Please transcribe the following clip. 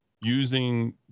using